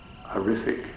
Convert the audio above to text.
horrific